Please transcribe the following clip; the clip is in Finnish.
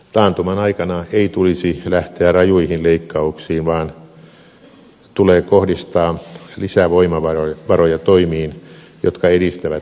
taantuman aikana ei tulisi lähteä rajuihin leikkauksiin vaan tulee kohdistaa lisää voimavaroja toimiin jotka edistävät talouskasvua